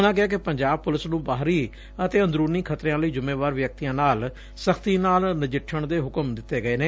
ਉਨ੍ਹਾਂ ਕਿਹਾ ਕਿ ਪੰਜਾਬ ਪੁਲਿਸ ਨੂੰ ਬਾਹਰੀ ਅਤੇ ਅੰਦਰੂਨੀ ਖਤਰਿਆਂ ਲਈ ਜੁੰਮੇਵਾਰ ਵਿਅਕਤੀਆਂ ਨਾਲ ਸਖ਼ਤੀ ਨਾਲ ਨਜਿੱਠਣ ਦੇ ਹੁਕਮ ਦਿੱਤੇ ਗਏ ਨੇ